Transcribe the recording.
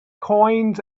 coins